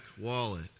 wallet